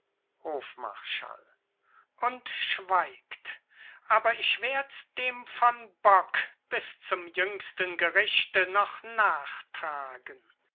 hofmarschall und schweigt aber ich werd's dem von bock bis zum jüngsten gerichte noch